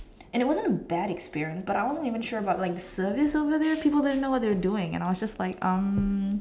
and it wasn't a bad experience but I wasn't even sure about like the service over there people didn't know what they're doing and I was just like um